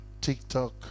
TikTok